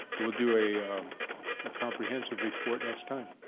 we'll do a ah comprehensive report next time.